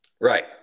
Right